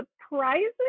surprising